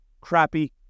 crappy